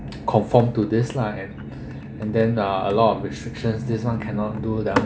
conform to this lah and and then uh a lot of restrictions this one cannot do that one